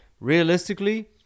realistically